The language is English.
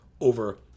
over